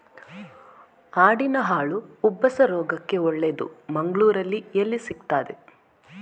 ಆಡಿನ ಹಾಲು ಉಬ್ಬಸ ರೋಗಕ್ಕೆ ಒಳ್ಳೆದು, ಮಂಗಳ್ಳೂರಲ್ಲಿ ಎಲ್ಲಿ ಸಿಕ್ತಾದೆ?